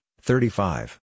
thirty-five